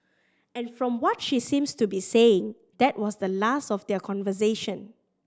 and from what she seems to be saying that was the last of their conversation